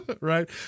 right